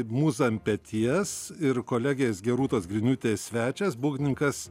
mūza ant peties ir kolegės gerūtos griniūtės svečias būgnininkas